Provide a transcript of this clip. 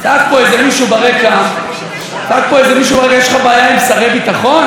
צעק פה איזה מישהו ברקע: יש לך בעיה עם שרי ביטחון?